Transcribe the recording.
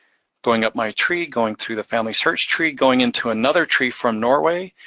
going up my tree, going through the family search tree, going into another tree from norway,